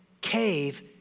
cave